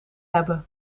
hebben